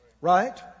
Right